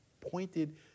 pointed